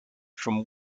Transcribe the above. from